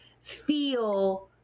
feel